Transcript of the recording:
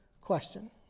question